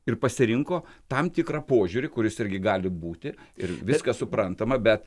ir pasirinko tam tikrą požiūrį kuris irgi gali būti ir viskas suprantama bet